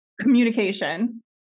communication